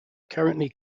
currently